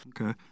Okay